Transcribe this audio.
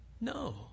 No